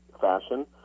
fashion